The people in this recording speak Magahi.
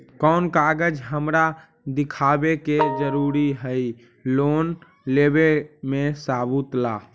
कौन कागज हमरा दिखावे के जरूरी हई लोन लेवे में सबूत ला?